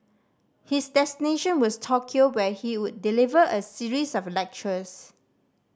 his destination was Tokyo where he would deliver a series of lectures